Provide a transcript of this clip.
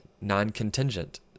non-contingent